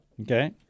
Okay